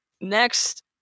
next